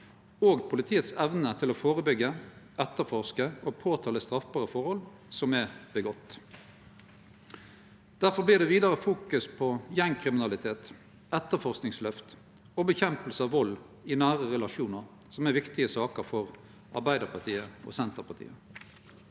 og politiets evne til å førebyggje, etterforske og påtale straffbare forhold. Difor vil me i det vidare fokusere på gjengkriminalitet, etterforskingsløft og kamp mot vald i nære relasjonar, som er viktige saker for Arbeidarpartiet og Senterpartiet.